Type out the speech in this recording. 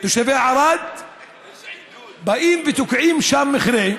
תושבי ערד באים ותוקעים שם מכרה.